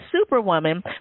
superwoman